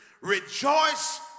rejoice